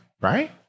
right